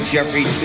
Jeffrey